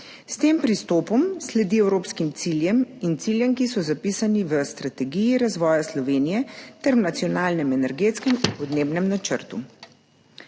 S tem pristopom sledi evropskim ciljem in ciljem, ki so zapisani v Strategiji razvoja Slovenije ter v Nacionalnem energetskem in podnebnem načrtu.